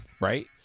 right